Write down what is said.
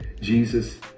Jesus